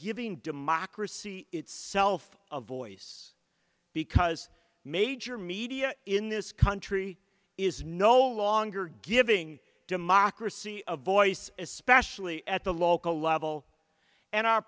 giving democracy itself a voice because major media in this country is no longer giving democracy of voice especially at the local level and our